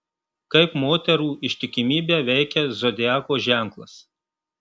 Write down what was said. kaip moterų ištikimybę veikia zodiako ženklas